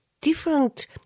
different